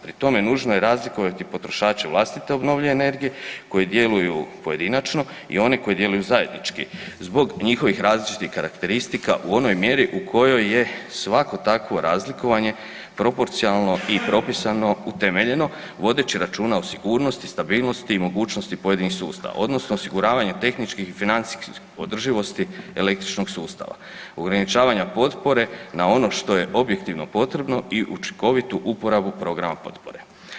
Pri tome, nužno je razlikovati potrošače vlastite obnovljive energije koji djeluju pojedinačno i one koji djeluju zajednički zbog njihovih različitih karakteristika u onoj mjeri u kojoj je svako takvo razlikovanje proporcionalno i propisano utemeljeno vodeći računa o sigurnosti, stabilnosti i mogućnosti pojedinih sustava, odnosno osiguravanje tehničkih i financijskih održivosti elektroničnog sustava, ograničavanja potpore na ono što je objektivno potrebno i učinkovitu uporabu programa potpore.